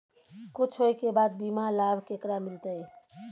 कुछ होय के बाद बीमा लाभ केकरा मिलते?